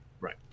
Right